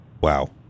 Wow